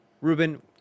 Ruben